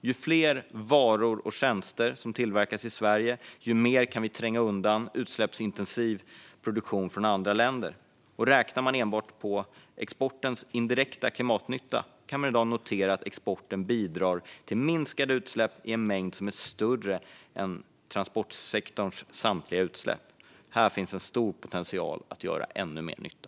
Ju fler varor och tjänster som tillverkas i Sverige, desto mer kan vi tränga undan utsläppsintensiv produktion från andra länder. Om man räknar enbart på exportens indirekta klimatnytta kan man notera att exporten i dag bidrar till minskade utsläpp i en mängd som är större än transportsektorns samtliga utsläpp. Här finns en stor potential att göra ännu mer nytta.